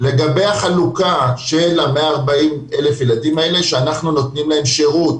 לגבי החלוקה של ה-140,000 ילדים האלה שאנחנו נותנים להם שירות.